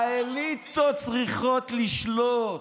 האליטות צריכות לשלוט.